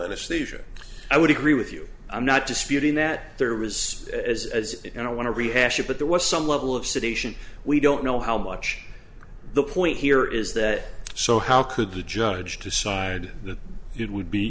anesthesia i would agree with you i'm not disputing that there was as as you know want to rehash it but there was some level of sedation we don't know how much the point here is that so how could the judge decide that it would be